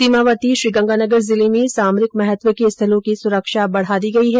सीमावर्ती श्रीगंगानगर जिले में सामरिक महत्व के स्थलों की सुरक्षा बढ़ा दी गई है